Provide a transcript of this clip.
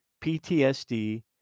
PTSD